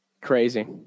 Crazy